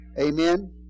Amen